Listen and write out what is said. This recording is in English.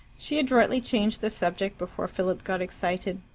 she adroitly changed the subject before philip got excited.